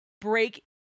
break